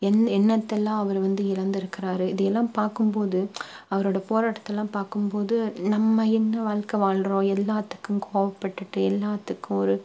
என் என்னத்தெல்லாம் அவர் வந்து இழந்திருக்கிறாரு இதையெல்லாம் பார்க்கும் போது அவரோட போராட்டத்தெல்லாம் பார்க்கும் போது நம்ம என்ன வாழ்க்கை வாழ்றோம் எல்லாத்துக்கும் கோவப்பட்டுட்டு எல்லாத்துக்கும் ஒரு